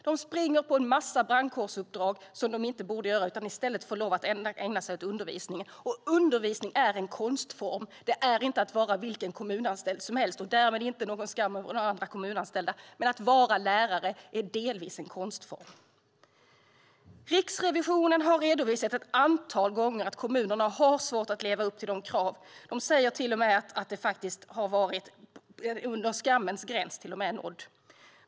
De springer på en massa brandkårsuppdrag som de inte borde göra i stället för att få lov att ägna sig åt undervisning. Och undervisning är en konstform. Att vara lärare är inte att vara vilken kommunanställd som helst - och därmed vill jag inte dra skam över andra kommunanställda - utan det är delvis en konstform. Riksrevisionen har redovisat ett antal gånger att kommunerna har svårt att leva upp till kraven och säger till och med att skammens gräns är nådd.